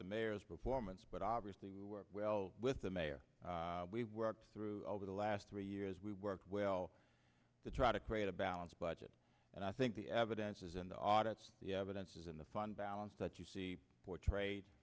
the mayor's performance but obviously we work well with the mayor we've worked through over the last three years we work well to try to create a balanced budget and i think the evidence is in the audits the evidence is in the fund balance that you see portrayed